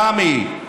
רמ"י,